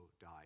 died